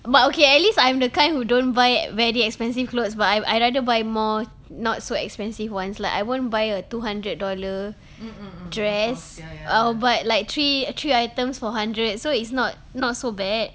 but okay at least I'm the kind who don't buy very expensive clothes but I~ I rather buy more not so expensive ones like I won't buy a two hundred dollar dress I'll buy like three three items for hundred so it's not not so bad